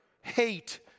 hate